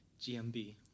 GMB